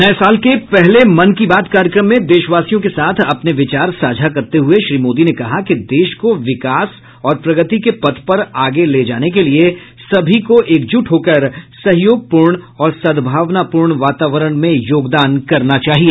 नए साल के पहले मन की बात कार्यक्रम में देशवासियों के साथ अपने विचार साझा करते हुए श्री मोदी ने कहा कि देश को विकास और प्रगति के पथ पर आगे ले जाने के लिए सभी को एकजुट होकर सहयोगपूर्ण और सद्भावनापूर्ण वातावरण में योगदान करना चाहिए